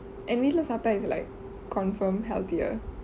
and வீட்ல சாப்ட:veetule saapta is like confirm healthier